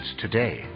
today